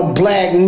black